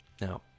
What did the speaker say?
Now